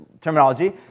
terminology